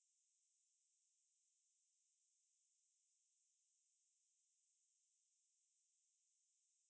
halfway through the camp already right so we just thinking that she's gonna show up the next day then the next day all of us because we are like the